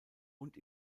und